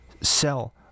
sell